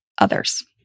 others